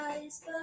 eyes